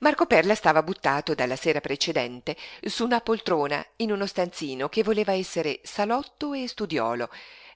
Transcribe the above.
marco perla stava buttato dalla sera precedente su una poltrona in uno stanzino che voleva essere salotto e studiolo